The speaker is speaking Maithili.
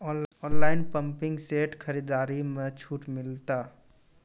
ऑनलाइन पंपिंग सेट खरीदारी मे छूट मिलता?